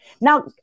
Now